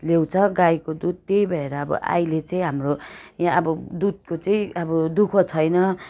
ल्याउँछ गाईको दुध त्यही भएर अब अहिले चाहिँ हाम्रो यहाँ अब दुधकोचाहिँ अब दु ख छैन